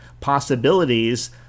possibilities